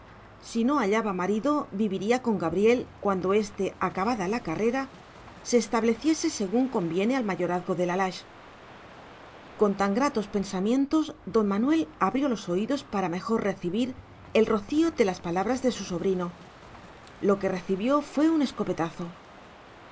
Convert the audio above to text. si no hallaba marido viviría con gabriel cuando éste acabada la carrera se estableciese según conviene al mayorazgo de la lage con tan gratos pensamientos don manuel abrió los oídos para mejor recibir el rocío de las palabras de su sobrino lo que recibió fue un escopetazo